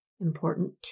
Important